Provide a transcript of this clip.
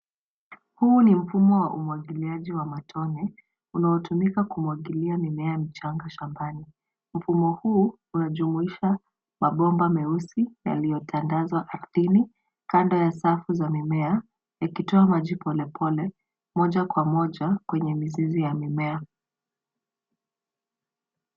Huu ni mfumo wa umwagiliaji wa matone unaotumika kumwagilia mimea mchanga shambani. Mfumo huu unajumuisha mabomba meusi yaliyotandazwa chini kando ya safu za mimea yakitoa maji polepole moja kwa moja kwenye mizizi ya mimea.